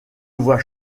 voit